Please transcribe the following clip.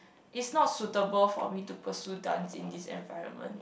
is not suitable for me to pursue dance in this environment